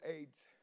AIDS